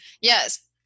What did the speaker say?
Yes